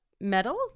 metal